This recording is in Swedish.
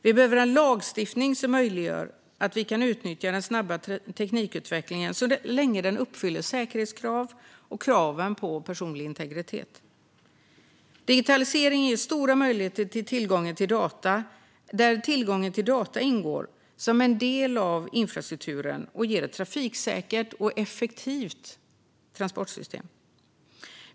Vi behöver en lagstiftning som möjliggör att vi kan utnyttja den snabba teknikutvecklingen så länge den uppfyller säkerhetskraven och kraven på personlig integritet. Digitaliseringen ger stora möjligheter. Där ingår tillgången till data som en del av infrastrukturen och ger ett trafiksäkert och effektivt transportsystem.